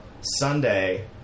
Sunday